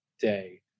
day